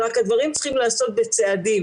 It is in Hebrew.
רק שהדברים צריכים להיעשות בצעדים.